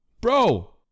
Bro